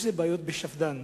יש בעיות בשפד"ן,